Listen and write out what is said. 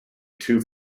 two